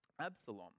Absalom